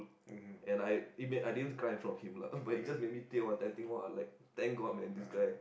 and I it made I didn't cry in front of him lah it just made me tear one time I think !wah! like thank god man this guy